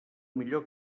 millor